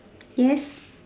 yes